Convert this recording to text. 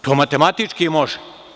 To matematički može.